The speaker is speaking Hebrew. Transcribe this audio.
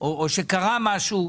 או שקרה משהו.